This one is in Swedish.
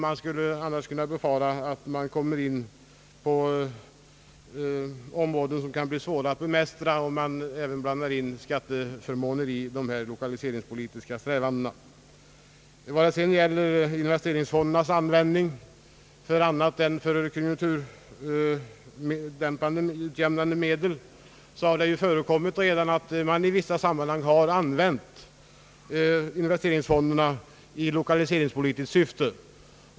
Vi skulle kunna befara att vi kommer in på områden, som det kan bli svårt att bemästra, om vi blandar in skatteförmåner i dessa lokaliseringspolitiska strävanden. Vad sedan gäller investeringsfonder nas användning för annat ändamål än i konjunkturutjämnande syfte har det redan förekommit, att investeringsfonderna i vissa sammanhang har utnyttjats i lokaliseringspolitiskt syfte.